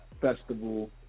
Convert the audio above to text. festival